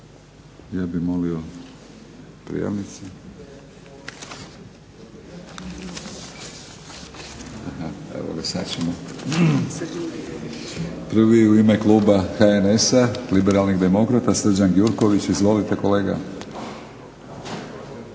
Ja bih moli prijavnice. Evo ga, sad ćemo. Prvi u ime kluba HNS-a Liberalni demokrata Srđan Gjurković. Izvolite kolega.